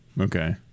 Okay